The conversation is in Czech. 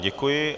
Děkuji.